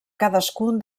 cadascun